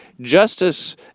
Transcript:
justice